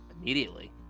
immediately